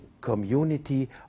community